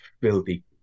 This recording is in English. filthy